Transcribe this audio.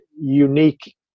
unique